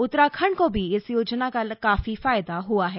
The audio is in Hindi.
उत्तराखण्ड को भी इस योजना का काफी फायदा हुआ है